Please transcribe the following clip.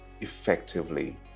effectively